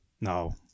No